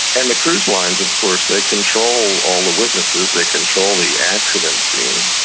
and the cruise lines of course, they control all the witnesses, they control the accident scene,